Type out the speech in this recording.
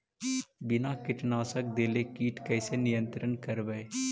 बिना कीटनाशक देले किट कैसे नियंत्रन करबै?